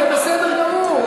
זה בסדר גמור,